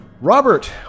Robert